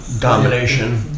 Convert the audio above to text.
Domination